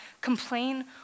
complain